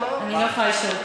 אני לא יכולה לשאול.